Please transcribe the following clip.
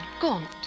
gaunt